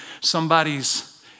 somebody's